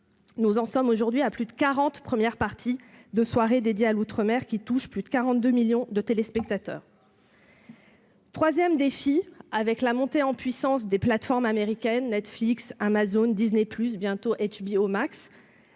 Nous en sommes aujourd'hui à plus de quarante premières parties de soirée dédiées à l'outre-mer, cela touche plus de 42 millions de téléspectateurs. Troisième défi, avec la montée en puissance des plateformes américaines en France- Netflix, Amazon, Disney+, bientôt HBO Max